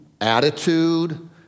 attitude